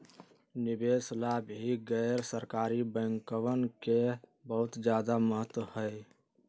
निवेश ला भी गैर सरकारी बैंकवन के बहुत ज्यादा महत्व हई